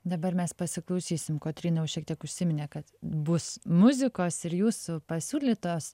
dabar mes pasiklausysim kotryna jau šiek tiek užsiminė kad bus muzikos ir jūsų pasiūlytos